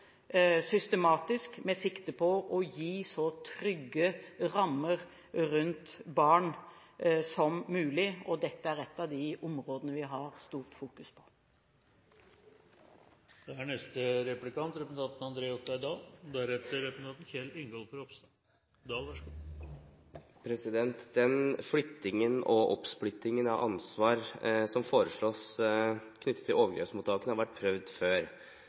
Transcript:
systematisk, med sikte på å gi så trygge rammer som mulig rundt barn. Dette er et av de områdene vi fokuserer mye på. Den flyttingen og oppsplittingen av ansvar som foreslås når det gjelder overgrepsmottakene, har vært prøvd før.